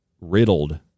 riddled